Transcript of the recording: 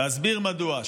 ואסביר מדוע.